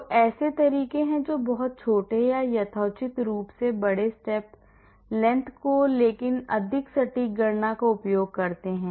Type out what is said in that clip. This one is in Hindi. तो ऐसे तरीके हैं जो बहुत छोटे या यथोचित रूप से बड़े step length लेकिन अधिक सटीक गणना का उपयोग करते हैं